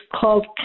called